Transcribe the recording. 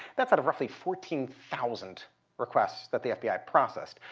that's out of roughly fourteen thousand requests that the fbi processed.